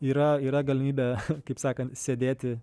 yra yra galimybė kaip sakant sėdėti